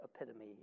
epitome